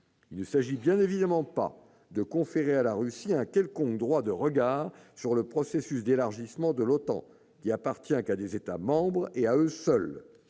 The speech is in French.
Il ne s'agit bien évidemment pas de conférer à la Russie un quelconque droit de regard sur le processus d'élargissement de l'OTAN, qui appartient à ses États membres et à eux seuls,